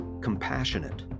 compassionate